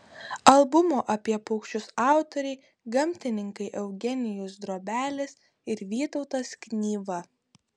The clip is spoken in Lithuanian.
albumo apie paukščius autoriai gamtininkai eugenijus drobelis ir vytautas knyva